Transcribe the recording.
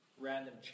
random